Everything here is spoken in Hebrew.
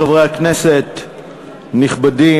חברי הכנסת הנכבדים,